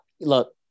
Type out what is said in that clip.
look